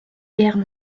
guerre